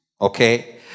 Okay